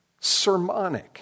sermonic